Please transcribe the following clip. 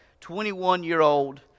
21-year-old